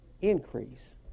increase